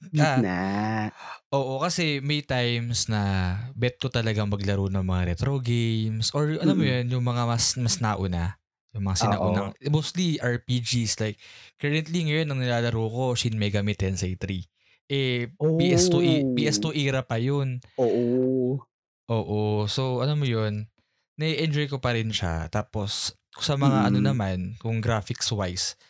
Cheat Ah. na. Oo, kasi may times na bet ko talagang maglaro ng mga retro games or, alam mo Mm. yun, yung mga mas- mas nauna. Yung mga sinaunang- Oo. mostly RPGs. Like, currently ngayon, ang nilalaro ko, Shin Megami Tensei III. Eh, PS2- PS2 era pa yun. Oo. Oo. So, alam mo yun, nai-enjoy ko pa rin siya. Tapos, sa mga ano Mm. naman, kung graphics-wise,